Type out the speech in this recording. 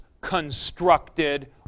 constructed